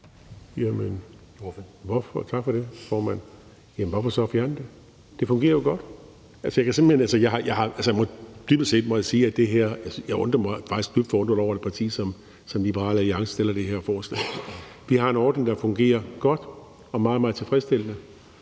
Tak for det, formand. Jamen hvorfor så fjerne det? Det fungerer jo godt. Altså, dybest set må jeg sige at jeg faktisk er dybt forundret over, at et parti som Liberal Alliance fremsætter det her forslag. Vi har en ordning, der fungerer godt og meget, meget tilfredsstillende.